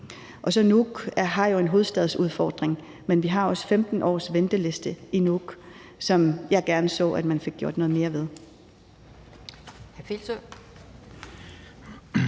jo har en hovedstadsudfordring. Men vi har også 15 års venteliste i Nuuk, som jeg gerne så at man fik gjort noget mere ved.